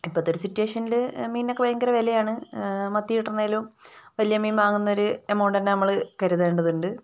ഇപ്പോഴത്തെ ഒരു സിറ്റുവേഷനിൽ മീനിനൊക്കെ ഭയങ്കര വിലയാണ് മത്തി കിട്ടണമെങ്കിലും വലിയ മീൻ വാങ്ങുന്നൊരു എമൗണ്ട് തന്നെ നമ്മൾ കരുതേണ്ടതുണ്ട്